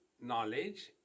knowledge